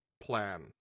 plan